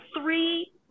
three